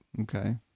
Okay